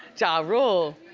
ja rule.